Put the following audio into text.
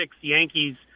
Yankees